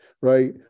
right